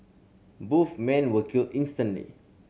both men were killed instantly